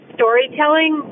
Storytelling